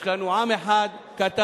יש לנו עם אחד קטן,